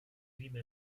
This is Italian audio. prima